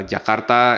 Jakarta